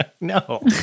No